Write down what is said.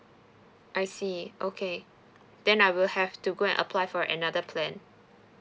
I see okay then I will have to go and apply for another plan